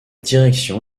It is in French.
direction